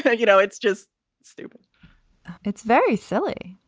ah you know, it's just stupid it's very silly.